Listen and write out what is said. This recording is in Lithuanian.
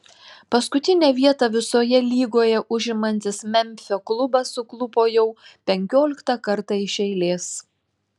paskutinę vietą visoje lygoje užimantis memfio klubas suklupo jau penkioliktą kartą iš eilės